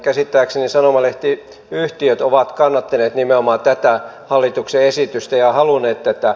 käsittääkseni sanomalehtiyhtiöt ovat kannattaneet nimenomaan tätä hallituksen esitystä ja halunneet tätä